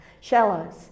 shallows